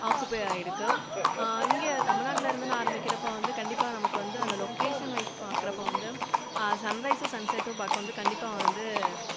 ஆக்குப்பே ஆகிருக்கு இங்கே தமிழ்நாட்ல இருந்துன்னு ஆரம்மிக்கிறப்போ வந்து கண்டிப்பாக நமக்கு வந்து அந்த லொகேஷன்வைஸ் பார்க்குறப்ப வந்து சன் ரைஸும் சன் செட்டும் பார்க்க வந்து கண்டிப்பாக வந்து